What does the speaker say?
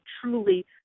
truly –